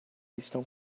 estão